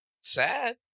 sad